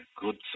good